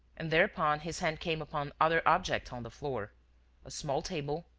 and thereupon his hand came upon other objects on the floor a small table,